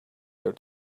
your